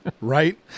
right